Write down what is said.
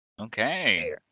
Okay